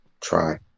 try